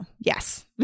Yes